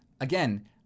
Again